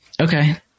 okay